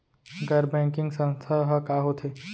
गैर बैंकिंग संस्था ह का होथे?